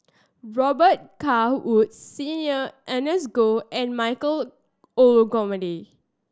Robet Carr Woods Senior Ernest Goh and Michael Olcomendy